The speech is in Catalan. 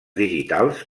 digitals